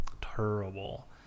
Terrible